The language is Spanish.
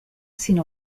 sin